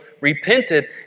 repented